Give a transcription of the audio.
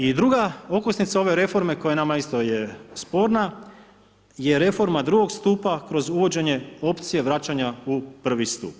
I druga okosnica ove reforme koja je nama, isto nam je sporna, je reforma drugog stupa kroz uvođenje opcije vraćanja u prvi stup.